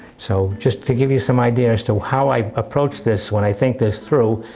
so just to give you some idea as to how i approach this when i think this through.